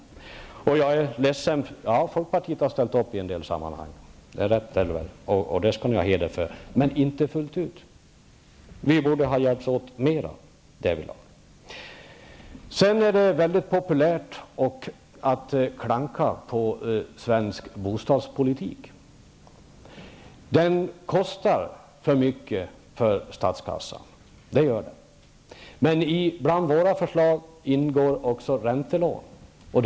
Visserligen ställde folkpartiet upp i en del sammanhang, det skall jag erkänna, men inte fullt ut. Vi borde ha hjälpts åt mer därvidlag. Det är väldigt populärt att klanka på svensk bostadspolitik. Den kostar för mycket för statskassan, det gör den. Men i våra förslag ingår också förslag om räntelån.